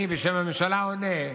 בשם הממשלה אני עונה,